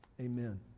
Amen